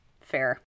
fair